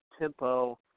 tempo